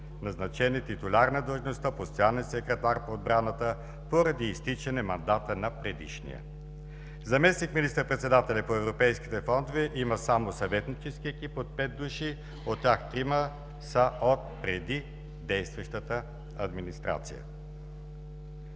Назначен е титуляр на длъжността, постоянен секретар по отбраната, поради изтичане мандата на предишния. Заместник министър-председателят по европейските фондове има само съветнически екип от пет души. От тях трима са от преди действащата администрация.